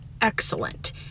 excellent